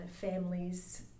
families